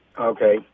Okay